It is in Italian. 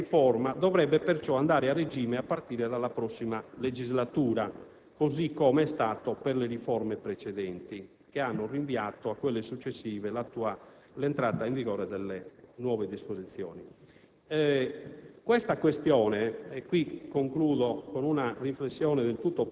contributi per vari anni sulla base della normativa vigente. Un'eventuale riforma dovrebbe perciò andare a regime a partire dalla prossima legislatura, così com'è stato per le riforme precedenti che hanno rinviato a quelle successive l'entrata in vigore delle nuove disposizioni.